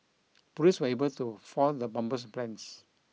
police were able to foil the bomber's plans